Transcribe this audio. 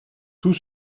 tout